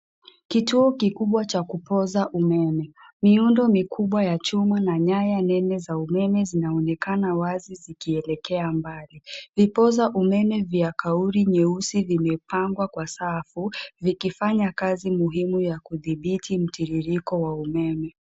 Kituo kikubwa cha kupoza umeme miundo mikubwa ya chuma na nyaya nene za umeme zinaonekana wazi zikielekea mbali. Vipoza umeme vya kauli nyeusi vimepangwa kwa safu, vikifanya kazi ya kudhibiti mtiririko wa umeme.